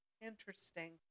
interesting